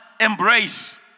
embrace